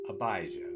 Abijah